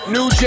New